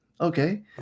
Okay